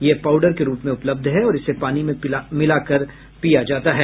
यह पाउडर के रूप में उपलब्ध है और इसे पानी में मिलाकर पिया जाता है